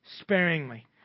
sparingly